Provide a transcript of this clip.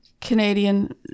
Canadian